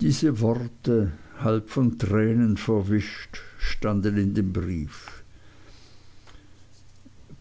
diese worte halb von tränen verwischt standen in dem brief